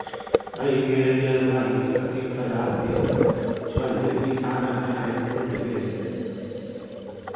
एहि बेर जलवायु ततेक खराप भेल छल जे किसानक डांर टुटि गेलै